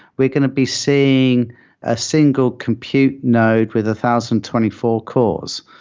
we're going to be seeing a single computing node with a thousand twenty four cores.